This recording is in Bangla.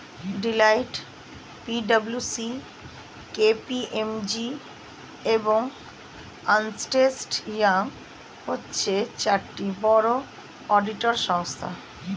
Deloitte, P W C, K P M G, এবং আর্নেস্ট ইয়ং হচ্ছে চারটি বড় অডিটর সংস্থা